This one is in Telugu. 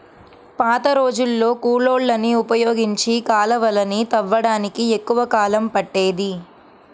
పాతరోజుల్లో కూలోళ్ళని ఉపయోగించి కాలవలని తవ్వడానికి ఎక్కువ కాలం పట్టేది